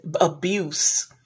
abuse